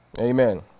amen